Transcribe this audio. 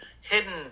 hidden